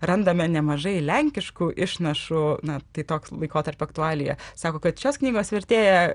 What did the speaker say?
randame nemažai lenkiškų išnašų na tai toks laikotarpio aktualija sako kad šios knygos vertėja